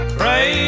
pray